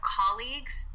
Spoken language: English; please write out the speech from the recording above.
colleagues